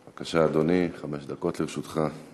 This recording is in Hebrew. בבקשה, אדוני, חמש דקות לרשותך.